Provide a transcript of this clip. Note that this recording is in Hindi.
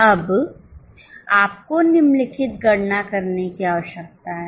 अब आपको निम्नलिखित गणना करने की आवश्यकता है